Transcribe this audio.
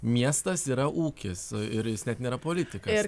miestas yra ūkis ir jis net nėra politikas